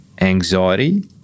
anxiety